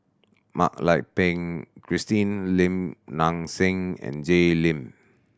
Mak Lai Peng Christine Lim Nang Seng and Jay Lim